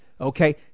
Okay